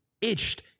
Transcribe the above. itched